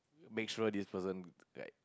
make sure this person like